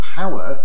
power